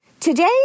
Today